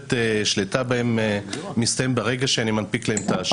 ויכולת השליטה בהם מסתיים ברגע שאני מנפיק להם את האשרה.